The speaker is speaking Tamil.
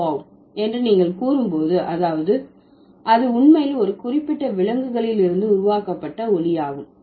bow wow என்று நீங்கள் கூறும் போது அதாவது அது உண்மையில் ஒரு குறிப்பிட்ட விலங்குகளில் இருந்து உருவாக்கப்பட்ட ஒலி ஆகும்